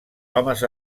homes